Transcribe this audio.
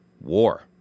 war